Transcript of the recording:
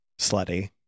slutty